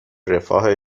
رفاه